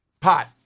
pot